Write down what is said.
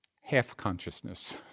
half-consciousness